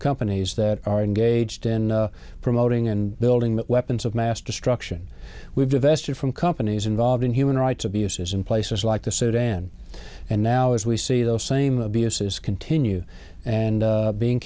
companies that are engaged in promoting and building weapons of mass destruction we've divesture from companies involved in human rights abuses in places like the sudan and now as we see those same abuses continue and being